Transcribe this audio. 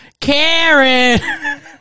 Karen